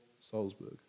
Salzburg